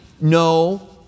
No